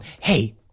hey